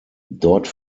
dort